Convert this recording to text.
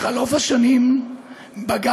בחלוף השנים בגרתי,